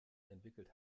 entwickelt